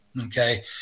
okay